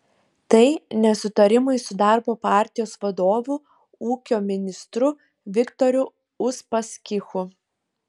tai nesutarimai su darbo partijos vadovu ūkio ministru viktoru uspaskichu